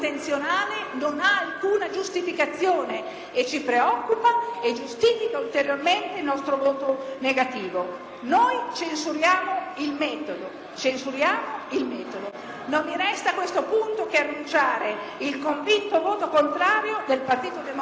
che noi censuriamo è il metodo. Non mi resta, a questo punto, che annunciare il convinto voto contrario del Gruppo del Partito Democratico al decreto in esame.